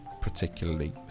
particularly